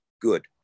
good